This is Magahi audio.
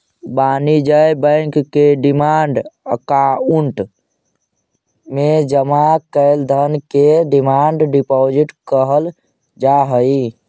वाणिज्य बैंक के डिमांड अकाउंट में जमा कैल धन के डिमांड डिपॉजिट कहल जा हई